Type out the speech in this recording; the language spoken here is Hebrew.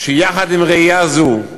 שיחד עם ראייה זו,